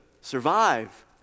survive